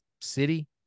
city